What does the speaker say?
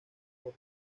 por